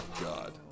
God